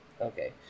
Okay